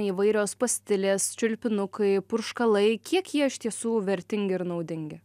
įvairios pastilės čiulpinukai purškalai kiek jie iš tiesų vertingi ir naudingi